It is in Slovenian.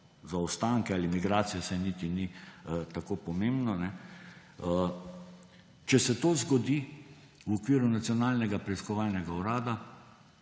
zaostanke ali migracije, saj niti ni tako pomembno, če se to zgodi v okviru Nacionalnega preiskovalnega urada,